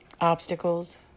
obstacles